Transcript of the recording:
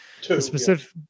specific